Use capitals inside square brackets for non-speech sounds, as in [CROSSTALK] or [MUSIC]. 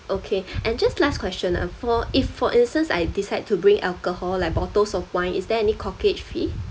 okay [BREATH] and just last question ah for if for instance I decide to bring alcohol like bottles of wine is there any corkage fee